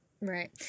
Right